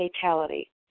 fatality